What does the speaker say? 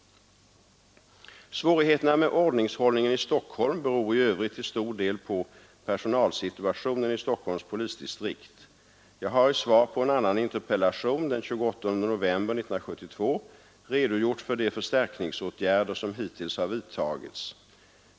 Svårigheterna med ordningshållningen i Stockholm beror i övrigt till stor del på personalsituationen i Stockholms polisdistrikt. Jag har i svar på en annan interpellation den 28 november 1972 redogjort för de förstärkningsåtgärder som hittills har vidtagits.